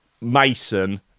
Mason